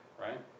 right